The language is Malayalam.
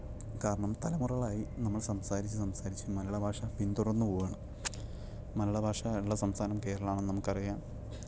കാരണം തലമുറകൾ ആയി നമ്മൾ സംസാരിച്ച് സംസാരിച്ച് മലയാളഭാഷ പിൻതുടർന്ന് പോവുകയാണ് മലയാളഭാഷ ആയിട്ടുള്ള സംസ്ഥാനം കേരളമാണെന്ന് നമുക്കറിയാം